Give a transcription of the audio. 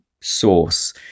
source